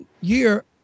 year